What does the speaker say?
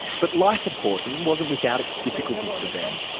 but life at horton wasn't without its difficulties for ben.